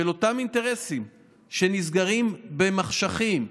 אותם אינטרסים שנסגרים במחשכים,